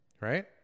Right